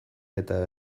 eta